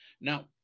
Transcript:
Now